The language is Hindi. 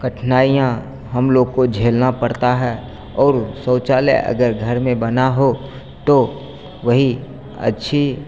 कठिनाइयाँ हमलोग को झेलनी पड़ती हैं और शौचालय अगर घर में बना हो तो वही अच्छी